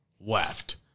Left